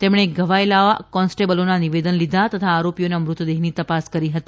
તેમણે ઘવાયેલા કોન્સ્ટેબલોનાં નિવેદન લીધાં તથા આરોપીઓના મૃતદેહની તપાસ કરી હતી